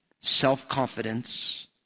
self-confidence